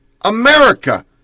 America